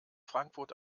frankfurt